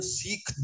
seek